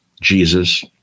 Jesus